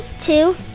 two